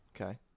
Okay